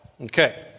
Okay